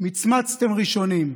מצמצתם ראשונים.